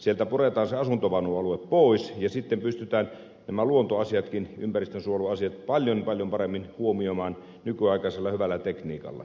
sieltä puretaan se asuntovaunualue pois ja sitten pystytään nämä luontoasiatkin ympäristönsuojeluasiat paljon paljon paremmin huomioimaan nykyaikaisella hyvällä tekniikalla